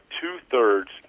two-thirds